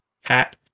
hat